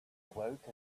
awoke